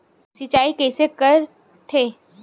Recharge कइसे कर थे?